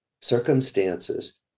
circumstances